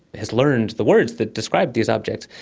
has learnt the words that describe these objects,